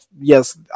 yes